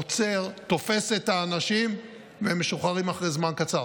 עוצר, תופס את האנשים, והם משוחררים אחרי זמן קצר.